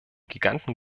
giganten